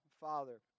Father